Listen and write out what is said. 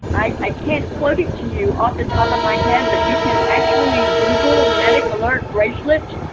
i can't quote it to you off the top of my head. but you can actually google medic alert bracelet.